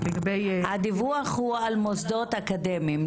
הדיווח הוא על מוסדות אקדמיים.